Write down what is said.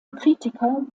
kritiker